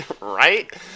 right